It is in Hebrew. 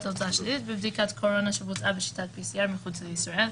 תוצאה שלילית בבדיקת קורונה שבוצעה בשיטת pcr מחוץ לישראל".